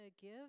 give